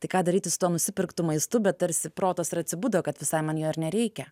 tai ką daryti su tuo nusipirktu maistu bet tarsi protas ir atsibudo kad visai man jo ir nereikia